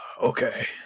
Okay